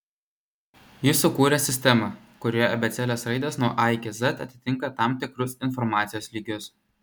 jis sukūrė sistemą kurioje abėcėlės raidės nuo a iki z atitinka tam tikrus informacijos lygius